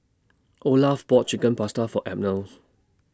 Olaf bought Chicken Pasta For Abner's